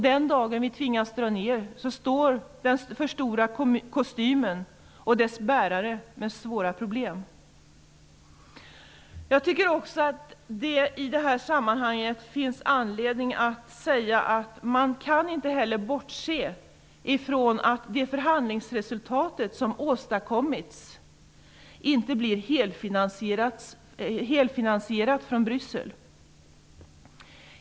Den dag vi tvingas dra ned kommer bäraren av den stora kostymen att få svåra problem. I detta sammanhang tycker jag också att det finns anledning att säga att man inte heller kan bortse ifrån att det förhandlingsresultat som har åstadkommits inte blir helfinansierat från Bryssel.